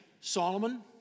Solomon